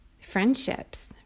friendships